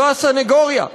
זו הסנגוריה.